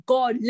God